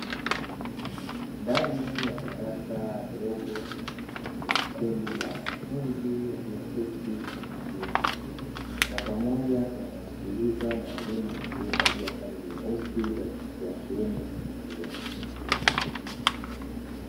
Ndani ya darasa dogo kuna kundi la wanafunzi walioketi kwa utulivu, kwa pamoja wanamsikiliza mwalimu aliyevalia kanzu nyeusi, wa jinsia ya kiume mbele yao.